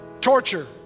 torture